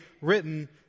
written